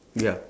ya